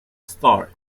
start